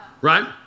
Right